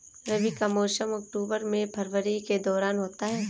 रबी का मौसम अक्टूबर से फरवरी के दौरान होता है